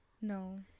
no